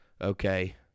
okay